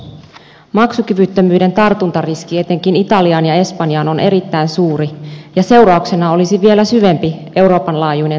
maksukyvyttömyyden tartuntariski etenkin italiaan ja espanjaan on erittäin suuri ja seurauksena olisi vielä syvempi euroopan laajuinen taantuma